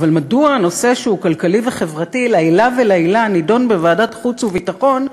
אבל מדוע נושא שהוא כלכלי וחברתי לעילא ולעילא נדון בוועדת חוץ וביטחון?